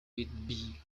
whitby